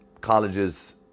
colleges